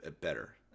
better